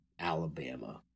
Alabama